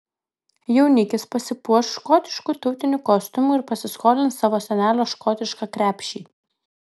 jaunikis pasipuoš škotišku tautiniu kostiumu ir pasiskolins savo senelio škotišką krepšį